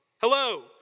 Hello